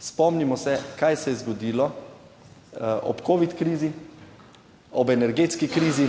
Spomnimo se, kaj se je zgodilo ob covid krizi, ob energetski krizi,